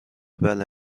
بله